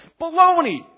baloney